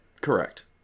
Correct